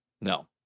no